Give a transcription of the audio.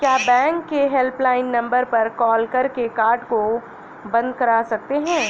क्या बैंक के helpline number पर कॉल करके कार्ड को बंद करा सकते हैं?